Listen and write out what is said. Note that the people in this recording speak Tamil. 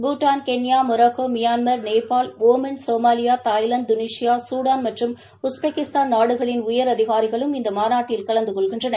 Bhutan Kenya Morocco Myanmar Nepal Oman Somalia Thailand Tunisia Sudan மற்றும் உஸ்பெகிஸ்தான் நாடுகளின் உயரதிகாரிகளும் இந்தமாநாட்டில் கலந்துகொள்கின்றனர்